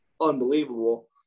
unbelievable